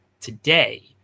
today